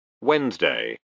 Wednesday